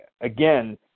again